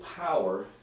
power